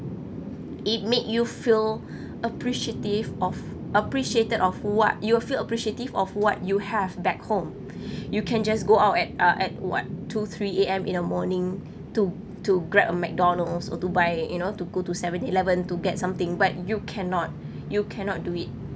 it make you feel appreciative of appreciated of what you will feel appreciative of what you have back home you can just go out at uh at what two three A_M in the morning to to grab a McDonald's or to buy you know to go to seven eleven to get something but you cannot you cannot do it